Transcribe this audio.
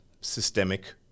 systemic